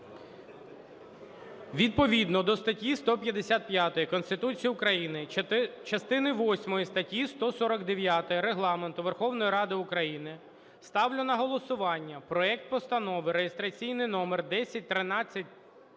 Відповідно до статті 155 Конституції України, частини восьмої статті 149 Регламенту Верховної Ради України ставлю на голосування проект Постанови реєстраційний номер 1013/П1